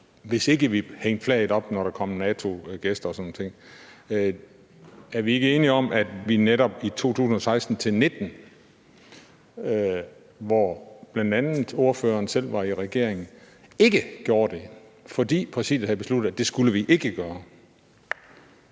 vi ikke hængte flaget op, når der kom NATO-gæster og sådan nogle ting. Er vi ikke enige om, at vi netop i 2016-2019, hvor bl.a. ordføreren selv var i regering, ikke gjorde det, fordi Præsidiet havde besluttet, at det skulle vi ikke gøre?